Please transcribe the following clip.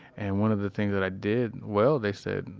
and one of the things that i did well, they said,